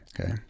Okay